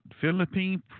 Philippine